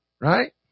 right